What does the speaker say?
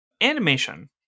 animation